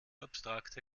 abstrakte